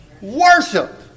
Worship